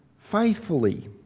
faithfully